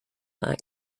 act